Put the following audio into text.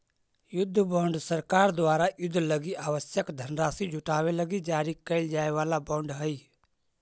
युद्ध बॉन्ड सरकार द्वारा युद्ध लगी आवश्यक धनराशि जुटावे लगी जारी कैल जाए वाला बॉन्ड हइ